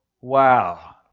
Wow